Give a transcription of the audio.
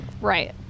Right